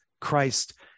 Christ